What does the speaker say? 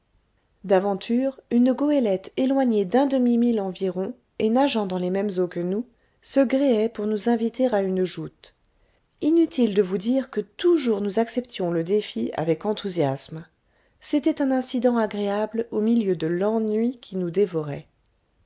d'aventure une goélette éloignée d'un demi-mille environ et nageant dans les mêmes eaux que nous se gréait pour nous inviter à une joute inutile de vous dire que toujours nous acceptions le défi avec enthousiasme c'était un incident agréable au milieu de l'ennui qui nous dévorait